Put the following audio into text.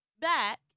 back